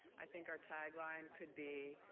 i think our tag line could be,